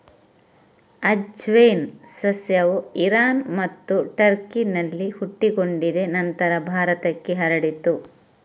ಅಜ್ವೈನ್ ಸಸ್ಯವು ಇರಾನ್ ಮತ್ತು ಟರ್ಕಿನಲ್ಲಿ ಹುಟ್ಟಿಕೊಂಡಿದೆ ನಂತರ ಭಾರತಕ್ಕೆ ಹರಡಿತು